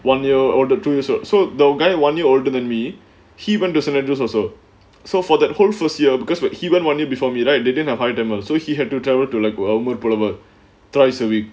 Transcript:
one year or the two years or so the guy one year older than me he went to saint andrew's also so for that whole first year because when he went one day before me right they didn't have hired them ah so he had to travel to like Walmart boulevard thrice a week